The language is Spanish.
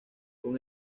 con